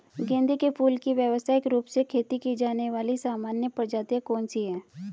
गेंदे के फूल की व्यवसायिक रूप से खेती की जाने वाली सामान्य प्रजातियां कौन सी है?